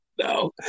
No